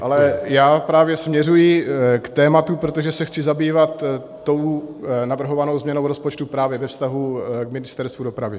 Ale já právě směřuji k tématu, protože se chci zabývat navrhovanou změnou rozpočtu právě ve vztahu k Ministerstvu dopravy.